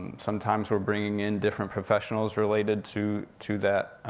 sometimes we're bringing in different professionals related to to that,